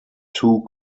two